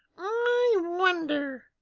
i wonder,